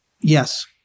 Yes